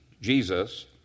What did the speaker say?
Jesus